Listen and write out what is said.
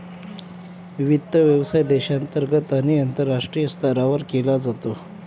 वित्त व्यवसाय देशांतर्गत आणि आंतरराष्ट्रीय स्तरावर केला जातो